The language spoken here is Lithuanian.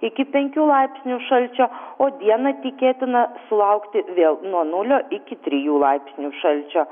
iki penkių laipsnių šalčio o dieną tikėtina sulaukti vėl nuo nulio iki trijų laipsnių šalčio